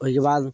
ओइके बाद